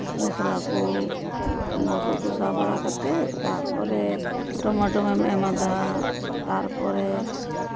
ᱢᱚᱥᱞᱟ ᱠᱚ ᱚᱱᱟ ᱠᱚ ᱠᱚᱥᱟᱣ ᱵᱟᱲᱟ ᱠᱟᱛᱮᱫ ᱛᱟᱨᱯᱚᱨᱮ ᱴᱚᱢᱟᱴᱳᱢ ᱮᱢ ᱮᱢᱟᱣᱟᱫᱟ ᱛᱟᱨᱯᱚᱨᱮ